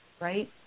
right